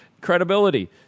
credibility